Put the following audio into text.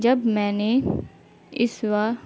جب میں نے اس